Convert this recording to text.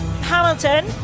Hamilton